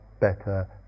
better